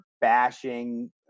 bashing